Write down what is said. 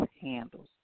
handles